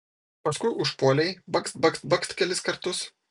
paskui užpuolei bakst bakst bakst kelis kartus